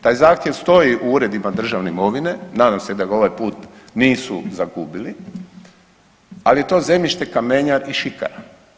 Taj zahtjev stoji u uredima državne imovine, nadam se da ga ovaj put nisu zagubili, ali je to zemljište kamenjar i šikara.